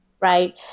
right